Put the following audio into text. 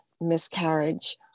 miscarriage